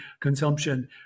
consumption